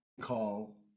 call